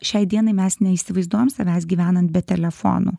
šiai dienai mes neįsivaizduojam savęs gyvenant be telefonų